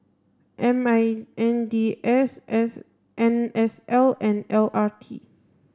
M I N D S S N S L and L R T